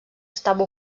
estava